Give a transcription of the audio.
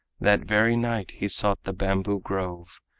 that very night he sought the bamboo-grove,